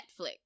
netflix